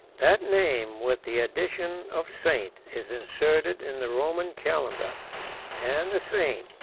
that name, with the addition of saint, is inserted in the roman calendar and the saint,